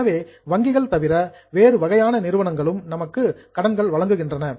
எனவே வங்கிகள் தவிர வேறு வகையான நிறுவனங்களும் நமக்கு கடன்கள் வழங்குகின்றன